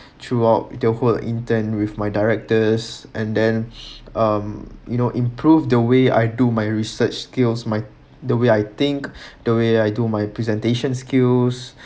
throughout the whole intern with my directors and then um you know improve the way I do my research skills my the way I think the way I do my presentation skills